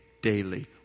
daily